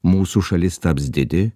mūsų šalis taps didi